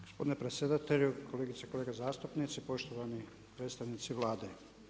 Gospodine predsjedatelju, kolegice i kolege zastupnici, poštovani predstavnici Vlade.